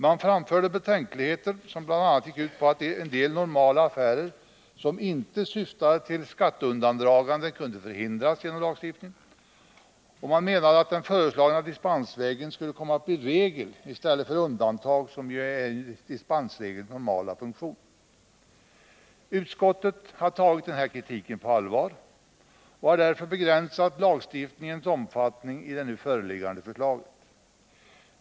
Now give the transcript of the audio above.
Man framförde betänkligheter som bl.a. gick ut på att en del normala affärer som inte syftade till skatteundandragande kunde förhindras genom lagstiftningen. Man menade att den föreslagna dispensvägen skulle komma att bli regel i stället för undantag, som ju är en dispensregels normala funktion. Utskottet har tagit den kritiken på allvar och har därför begränsat lagstiftningens omfattning i det nu föreliggande förslaget.